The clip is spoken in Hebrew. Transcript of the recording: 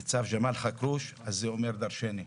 ניצב ג'מאל חכרוש, זה אומר דרשני.